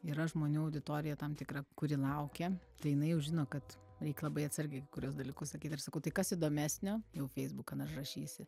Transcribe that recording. yra žmonių auditorija tam tikra kuri laukia tai jinai jau žino kad reik labai atsargiai kai kuriuos dalykus sakyt aš sakau tai kas įdomesnio jau feisbukan aš rašysiu